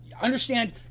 understand